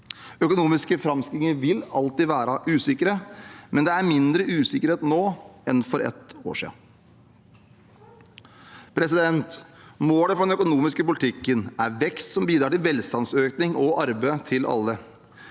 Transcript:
Økonomiske framskrivinger vil alltid være usikre, men det er mindre usikkerhet nå enn for ett år siden. Målet for den økonomiske politikken er vekst som bidrar til velstandsøkning og arbeid til alle.